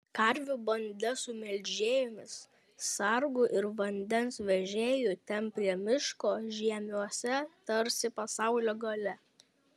karvių banda su melžėjomis sargu ir vandens vežėju ten prie miško žiemiuose tarsi pasaulio gale